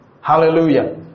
Hallelujah